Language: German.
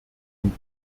und